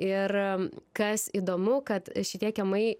ir kas įdomu kad šitie kiemai